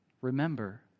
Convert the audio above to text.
remember